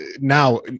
now